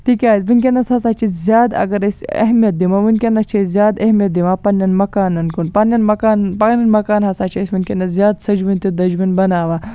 تکیازِ وٕنکیٚنَس ہسا چھِ زیادٕ اگر أسۍ اہمِیت دِمو وٕنکیٚنَس چھِ أسۍ زِیادٕ اہمِیت دِوان پَننٮ۪ن مکانن کُن پَننٮ۪ن مکنن پَنٕنۍ مکان ہسا چھِ أسۍ وٕنکیٚنس زیادٕ سَجوٕنۍ تہٕ دَجوٕنۍ بناوان